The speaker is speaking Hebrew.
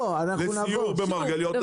לסיור במרגליות --- אנחנו נבוא.